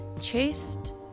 chased